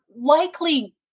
likely